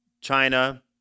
China